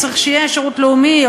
צריך שיהיה שירות לאומי,